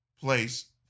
place